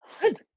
Good